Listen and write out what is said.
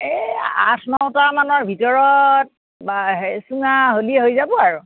এই আঠ ন টা মানৰ ভিতৰত বাহঁ সেই চুঙা হ'লি হৈ যাব আৰু